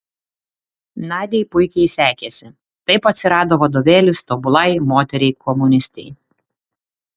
nadiai puikiai sekėsi taip atsirado vadovėlis tobulai moteriai komunistei